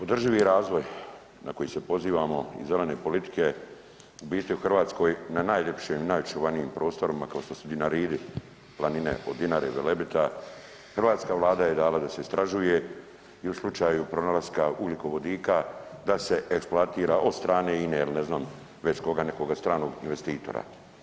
Održivi razvoj na koji se pozivamo i zelene politike u biti u Hrvatskoj na najljepšem i najočuvanijim prostorima, kao što su Dinaridi, planine od Dinare, Velebita, hrvatska Vlada je dala da se istražuje i u slučaju pronalaska ugljikovodika da se eksploatira od strane INA-e ili ne znam već koga, nekoga stranog investitora.